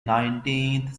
nineteenth